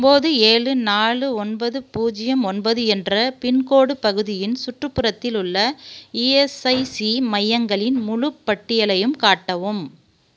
ஒம்போது ஏழு நாலு ஒன்பது பூஜ்ஜியம் ஒன்பது என்ற பின்கோடு பகுதியின் சுற்றுப்புறத்தில் உள்ள இஎஸ்ஐசி மையங்களின் முழுப் பட்டியலையும் காட்டவும்